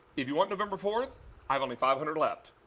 if you want november fourth i have only five hundred left.